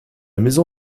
maison